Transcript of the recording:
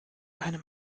einem